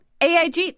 AIG